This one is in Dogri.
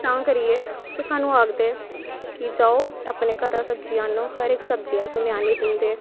तां करियै ओह् स्हानू आखदे कि जाओ अपने घरा सब्जी आह्नो हर इक सब्जी अस उनें ई आनी दिंदे